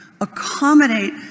accommodate